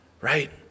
Right